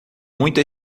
muito